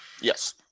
Yes